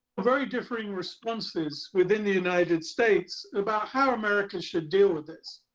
very differing responses within the united states about how america should deal with this.